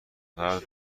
فرد